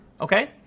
Okay